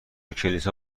کلیسا